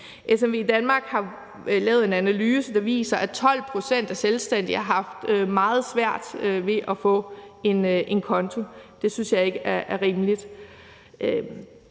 SMVdanmark har lavet en analyse, der viser, at 12 pct. af de selvstændige har haft meget svært ved at få en konto. Det synes jeg ikke er rimeligt.